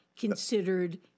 considered